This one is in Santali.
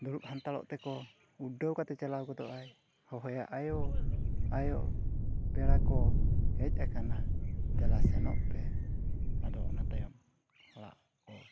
ᱫᱩᱲᱩᱵ ᱦᱟᱛᱟᱲᱚᱜ ᱛᱮᱠᱚ ᱩᱰᱟᱹᱣ ᱠᱟᱛᱮᱫ ᱪᱟᱞᱟᱣ ᱜᱚᱫᱚᱜᱟᱭ ᱦᱚᱦᱚᱭᱟᱭ ᱟᱭᱳ ᱟᱭᱳ ᱯᱮᱲᱟᱠᱚ ᱦᱮᱡ ᱟᱠᱟᱱᱟ ᱫᱮᱞᱟ ᱥᱮᱱᱚᱜ ᱯᱮ ᱟᱨ ᱚᱱᱟ ᱛᱟᱭᱚᱢ ᱚᱲᱟᱜ ᱠᱚ